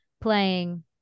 playing